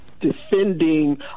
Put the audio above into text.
defending